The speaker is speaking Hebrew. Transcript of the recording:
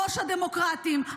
ראש הדמוקרטים,